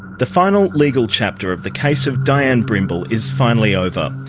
the final legal chapter of the case of dianne brimble is finally over.